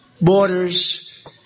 borders